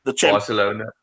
Barcelona